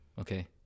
Okay